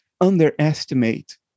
underestimate